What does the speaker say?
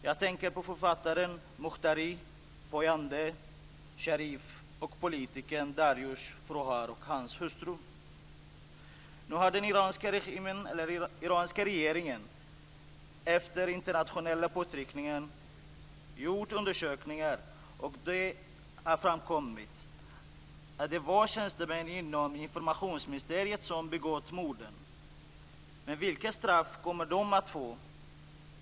Jag tänker på författaren Mukhtari, Poyandeh, Sharif och politikern Darioush Frouhar och hans hustru. Nu har den iranska regeringen, efter internationella påtryckningar, gjort undersökningar, och det har framkommit att det var tjänstemän inom informationsministeriet som begått morden. Men vilka straff kommer de att få?